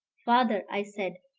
father, i said,